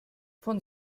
von